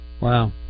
Wow